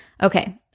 Okay